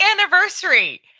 anniversary